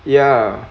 ya